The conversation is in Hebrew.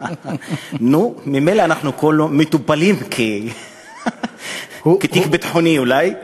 נו, ממילא אנחנו מטופלים כתיק ביטחוני אולי.